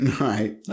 Right